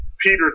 Peter